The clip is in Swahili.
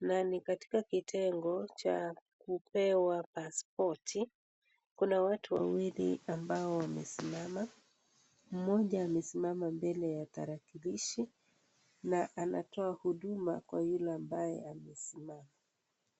na ni katika kitengo cha kupewa paspoti. Kuna watu wawili ambao wamesimama. Mmoja amesimama mbele ya tarakilishi na anatoa huduma kwa yule ambaye amesimama.